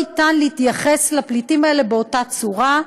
אין אפשרות להתייחס לפליטים האלה באותה צורה,